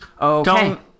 Okay